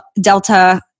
Delta